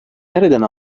nereden